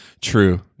True